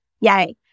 Yay